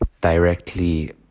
directly